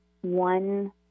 one